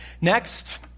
Next